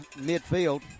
midfield